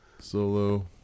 Solo